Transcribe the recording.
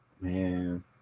Man